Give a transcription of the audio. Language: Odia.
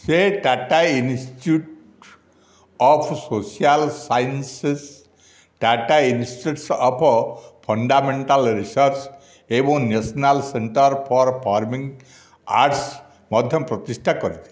ସେ 'Tata institute of social sciences 'Tata institute of fundamental research ' ଏବଂ 'national centre for performing arts ' ମଧ୍ୟ ପ୍ରତିଷ୍ଠା କରିଥିଲେ